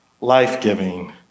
life-giving